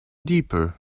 deeper